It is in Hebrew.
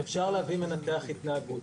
אפשר להביא מנתח התנהגות.